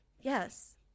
Yes